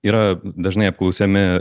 yra dažnai apklausiami